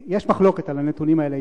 יש מחלוקת על הנתונים האלה,